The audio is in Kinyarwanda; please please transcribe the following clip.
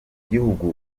gihugu